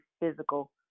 physical